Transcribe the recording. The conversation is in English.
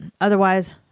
otherwise